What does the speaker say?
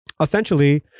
essentially